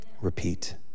Repeat